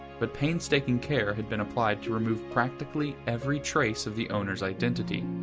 but painstaking care had been applied to remove practically every trace of the owner's identity.